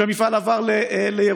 כשהמפעל עבר לירוחם.